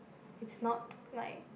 is not like